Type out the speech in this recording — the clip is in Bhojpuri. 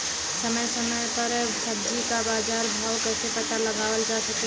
समय समय समय पर सब्जी क बाजार भाव कइसे पता लगावल जा सकेला?